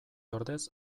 ordez